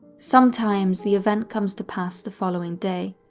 sometimes the event comes to pass the following day.